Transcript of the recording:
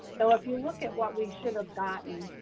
so if you look at what we should have gotten,